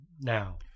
now